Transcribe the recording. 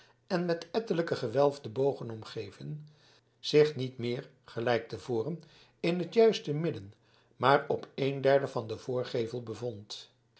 en met ettelijke gewelfde bogen omgeven zich niet meer gelijk te voren in het juiste midden maar op een derde van den voorgevel bevond